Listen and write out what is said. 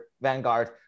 vanguard